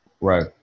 right